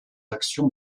actions